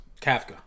Kafka